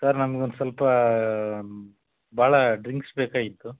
sir ನಮ್ಗೆ ಒಂದು ಸ್ವಲ್ಪ ಭಾಳ ಡ್ರಿಂಕ್ಸ್ ಬೇಕಾಗಿತ್ತು